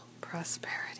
prosperity